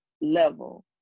level